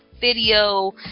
video